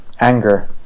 anger